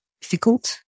difficult